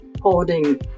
holding